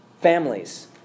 families